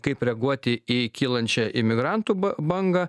kaip reaguoti į kylančią imigrantų bangą